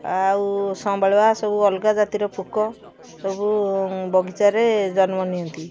ଆଉ ସମ୍ବାଳୁଆ ସବୁ ଅଲଗା ଜାତିର ପୋକ ସବୁ ବଗିଚାରେ ଜନ୍ମ ନିଅନ୍ତି